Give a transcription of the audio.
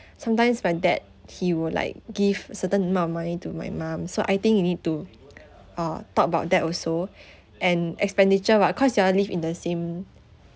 sometimes my dad he would like give certain amount of money to my mum so I think you need to uh talk about that also and expenditure what cause you all live in the same